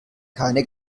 keine